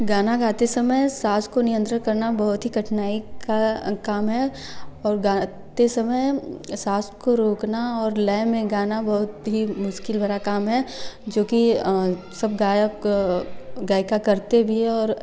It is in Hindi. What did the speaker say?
गाना गाते समय साँस को नियंत्रित करना बहुत ही कठिनाई का काम है और गाते समय साँस को रोकना और लय में गाना बहुत ही मुश्किल भरा काम है जो कि सब गायक गायिका करते भी हैं और